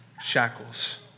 shackles